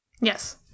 Yes